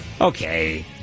Okay